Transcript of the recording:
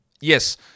Yes